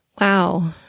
Wow